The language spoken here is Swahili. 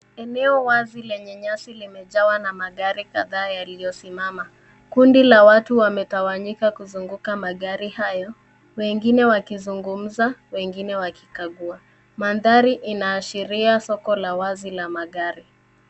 Eneo wazi lenye nyasi limejawa magari kadhaa yaliyo simama kundi la watu wametawanyika kuzunguka magari hayo wengine wakizungumza wengine wakikagua . Mandhari inaashiria soko la wazi la magari.